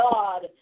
God